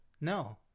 No